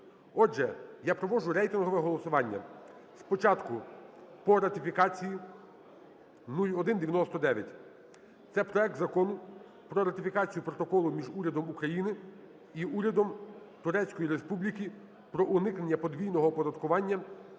Отже, я проводжу рейтингове голосування спочатку по ратифікації (0199). Це проект Закону про ратифікацію Протоколу між Урядом України і Урядом Турецької Республіки про уникнення подвійного оподаткування